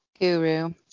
guru